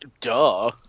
Duh